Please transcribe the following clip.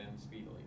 speedily